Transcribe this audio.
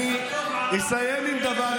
לא צריך אותך בשבילם, אני אסיים עם דבר אחד.